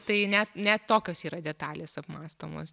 tai net net tokios yra detalės apmąstomos